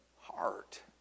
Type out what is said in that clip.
heart